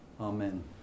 amen